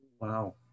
Wow